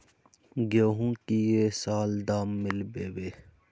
गेंहू की ये साल दाम मिलबे बे?